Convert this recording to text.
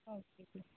okay ਜੀ